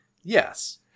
yes